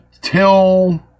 Till